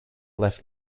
left